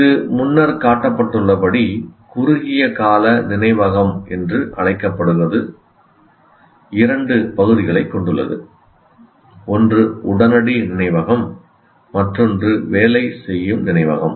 இது முன்னர் காட்டப்பட்டுள்ளபடி குறுகிய கால நினைவகம் என்று அழைக்கப்படுவது இரண்டு பகுதிகளைக் கொண்டுள்ளது ஒன்று உடனடி நினைவகம் மற்றொன்று வேலை செய்யும் நினைவகம்